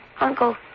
Uncle